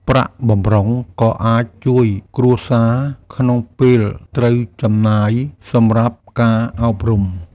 ប្រាក់បម្រុងក៏អាចជួយគ្រួសារក្នុងពេលត្រូវចំណាយសម្រាប់ការអប់រំ។